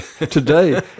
Today